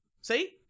See